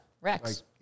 Rex